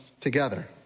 together